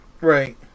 Right